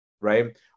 right